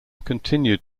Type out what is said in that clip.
continued